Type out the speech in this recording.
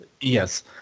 Yes